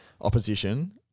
opposition